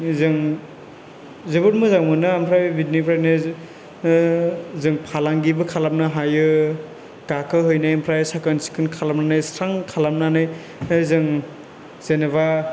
जों जोबोद मोजां मोनो ओमफ्राय बिनिफ्रायनो जों फालांगिबो खालामनो हायो गाखोहैनायनिफ्राय साखोन सिखोन खालामनानै सुस्रां खालामनानै ओमफ्राय जों जेनोबा